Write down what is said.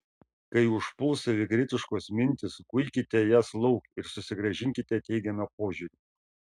kai užpuls savikritiškos mintys guikite jas lauk ir susigrąžinkite teigiamą požiūrį